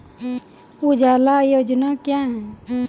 उजाला योजना क्या हैं?